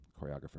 choreographer